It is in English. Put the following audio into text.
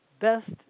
best